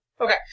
Okay